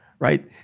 right